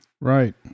Right